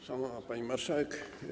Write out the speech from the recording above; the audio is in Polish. Szanowna Pani Marszałek!